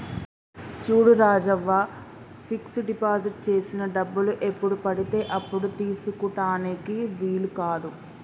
చూడు Rajavva fix deposit చేసిన డబ్బులు ఎప్పుడు పడితే అప్పుడు తీసుకుటానికి వీలు కాదు